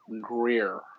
Greer